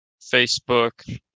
facebook